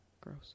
Gross